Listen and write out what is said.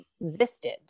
existed